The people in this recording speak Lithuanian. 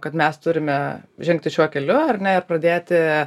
kad mes turime žengti šiuo keliu ar ne ir pradėti